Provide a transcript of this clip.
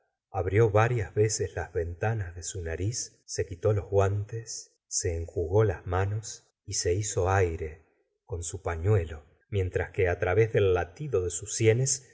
abrió varias veces las ventanas de su nariz se quitó los guantes se enjugó las manos y se hizo aire ileon su pañuelo mientras que través del latido de sus sienes